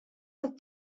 tat